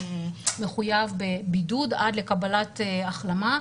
מחויב בבידוד עד לקבלת החלמה,